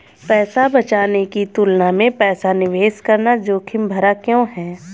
पैसा बचाने की तुलना में पैसा निवेश करना जोखिम भरा क्यों है?